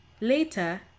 later